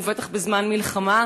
ובטח בזמן מלחמה,